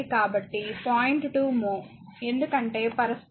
2 mho ఎందుకంటే పరస్పరం